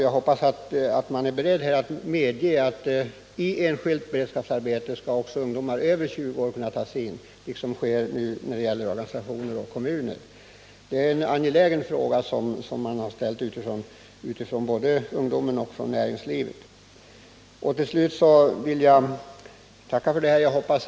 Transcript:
Jag hoppas man är beredd att medge att i enskilt beredskapsarbete skallockså ungdomar över 20 år kunna tas in på samma sätt som när det gäller organisationer och kommuner. Det är en angelägen fråga som man har ställt från både ungdomen och näringslivet. Till slut vill jag tacka för de svar som lämnats.